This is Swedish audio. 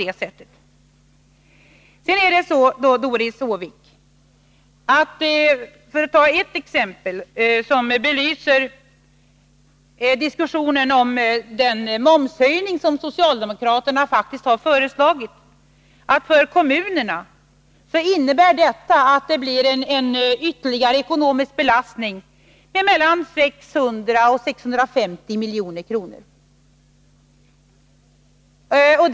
För att sedan ta ett annat exempel, Doris Håvik, som belyser diskussionen om den momshöjning som socialdemokraterna faktiskt har föreslagit: För kommunerna innebär detta att det blir en ytterligare ekonomisk belastning med mellan 600 och 650 milj.kr.